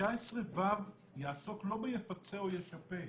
ש-19(ו) יעסוק לא רק ביפצה או ישפה,